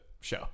show